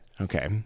Okay